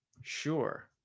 Sure